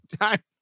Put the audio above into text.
time